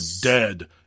dead